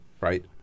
right